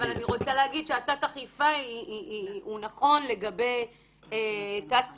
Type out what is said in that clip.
אבל אני רוצה להגיד שתת-האכיפה הוא נכון לגבי תת-הנגשה